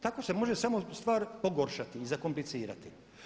Tako se može samo stvar pogoršati i zakomplicirati.